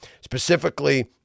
specifically